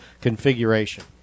configuration